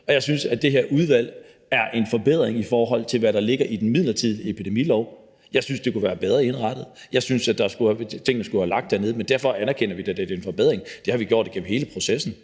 og jeg synes, at det her er en forbedring, i forhold til hvad der ligger i den midlertidige epidemilov. Jeg synes, at den kunne være bedre indrettet; jeg synes, at der skulle have ligget nogle ting i den. Men derfor anerkender vi da, at det er en forbedring; det har vi gjort igennem hele processen.